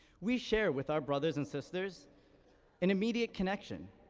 we share with our brothers and sisters an immediate connection.